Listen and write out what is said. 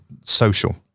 social